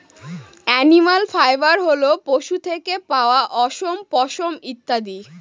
animal fibre হল পশু থেকে পাওয়া অশম, পশম ইত্যাদি